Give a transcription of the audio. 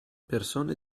persone